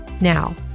Now